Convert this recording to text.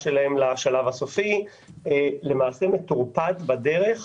שלהן לשלב הסופי למעשה מטורפד בדרך